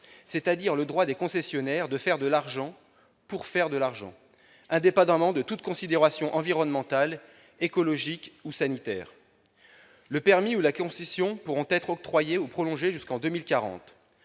c'est-à-dire le droit des concessionnaires de faire de l'argent pour faire de l'argent, indépendamment de toute considération environnementale, écologique ou sanitaire. Le permis ou la concession pourront ainsi être octroyés ou prolongés jusqu'en 2040,